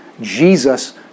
Jesus